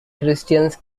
christians